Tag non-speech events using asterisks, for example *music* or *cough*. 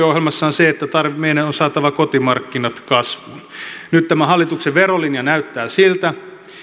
*unintelligible* ohjelmassa on se että meidän on saatava kotimarkkinat kasvuun nyt tämä hallituksen verolinja näyttää siltä